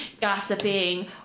gossiping